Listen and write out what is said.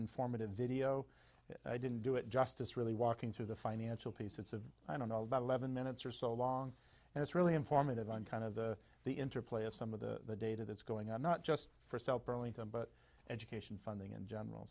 informative video i didn't do it justice really walking through the financial piece it's of i don't know about eleven minutes or so long and it's really informative on kind of the the interplay of some of the data that's going on not just for south burlington but education funding in general